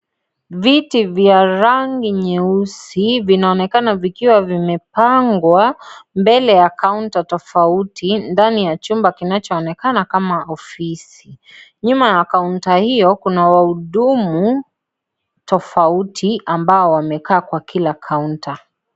Viti vya rangi nyeusi vinaonekana vikiwa vimepangwa mbele ya counter tofauti ndani ya chumba kinachoonekana kama ofisi, nyuma ya counter hiyo kuna wahudumu tofauti ambao wamekaa kwa kila counter .